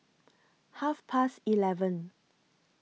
Half Past eleven